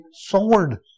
sword